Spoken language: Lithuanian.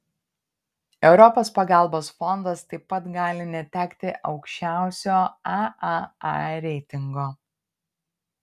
europos pagalbos fondas taip pat gali netekti aukščiausio aaa reitingo